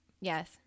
Yes